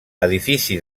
edifici